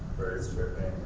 birds chirping,